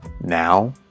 now